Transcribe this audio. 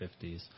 1950s